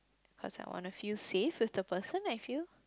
cause I want to feel safe with the person I feel